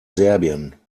serbien